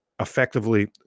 effectively